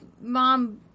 mom-